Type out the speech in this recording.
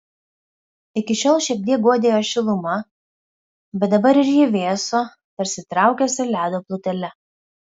iki šiol šiek tiek guodė jo šiluma bet dabar ir ji vėso tarsi traukėsi ledo plutele